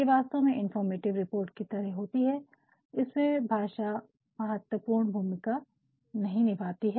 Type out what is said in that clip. ये वास्तव में इन्फोर्मटिव रिपोर्ट की तरह होती है जिसमे भाषा महत्वपूर्ण भूमिका नहीं निभाती है